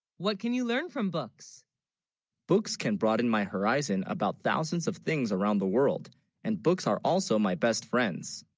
what can, you learn from books books can broaden my horizon about thousands of things around the world and books are, also my best friends,